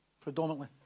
predominantly